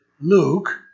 Luke